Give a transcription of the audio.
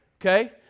okay